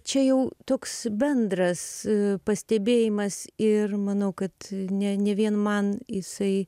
čia jau toks bendras pastebėjimas ir manau kad ne ne vien man jisai